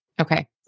Okay